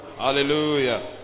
Hallelujah